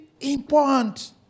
important